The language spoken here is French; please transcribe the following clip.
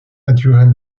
naturelle